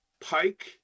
Pike